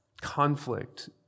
conflict